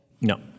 No